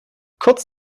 kurz